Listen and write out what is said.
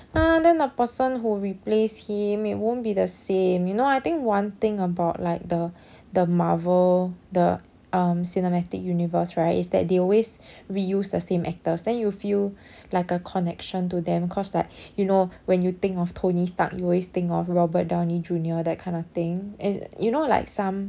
ah then the person who replace him it won't be the same you know I think one thing about like the the marvel the um cinematic universe right is that they always reuse the same actors then you feel like a connection to them cause like you know when you think of tony stark you always think of robert downey junior that kind of thing and you know like some